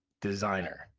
designer